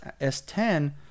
S10